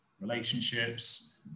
relationships